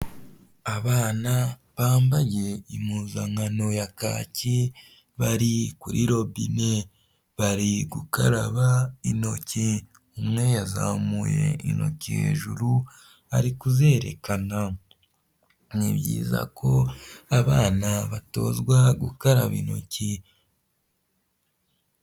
Abana bambaye impuzankano ya kaki bari kuri robine, bari gukaraba intoki. Umwe yazamuye intoki hejuru ari kuzerekana, ni byiza ko abana batozwa gukaraba intoki.